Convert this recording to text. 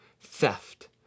theft